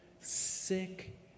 sick